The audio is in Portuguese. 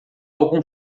algum